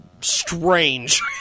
strange